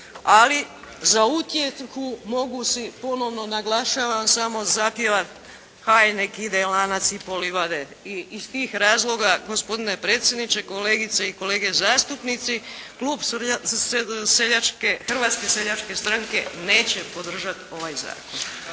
ali za utjehu mogu si ponovo naglašavam samo zapjevati "ajd nek' ide lanac i po livade" i iz tih razloga gospodine predsjedniče, kolegice i kolege zastupnici klub Hrvatske seljačke stranke neće podržati ovaj zakon.